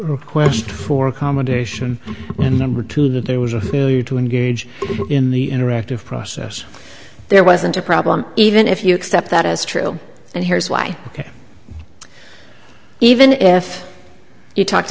request for accommodation and number two that there was a failure to engage in the interactive process there wasn't a problem even if you accept that as true and here's why ok even if you talked